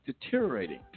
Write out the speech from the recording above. deteriorating